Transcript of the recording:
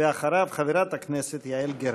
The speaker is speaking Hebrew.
ואחריו, חברת הכנסת יעל גרמן.